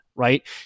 Right